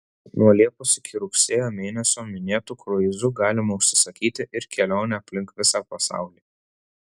nuo liepos iki rugsėjo mėnesio minėtu kruizu galima užsisakyti ir kelionę aplink visą pasaulį